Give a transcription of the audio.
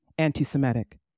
anti-Semitic